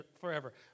forever